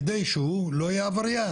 על מנת שהוא לא יהיה עבריין.